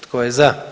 Tko je za?